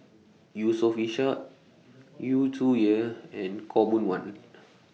Yusof Ishak Yu Zhuye and Khaw Boon Wan